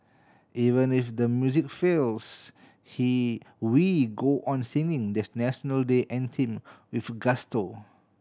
even if the music fails he we go on singing the National Day Anthem with gusto